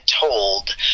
told